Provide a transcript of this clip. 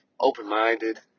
open-minded